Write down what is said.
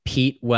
Pete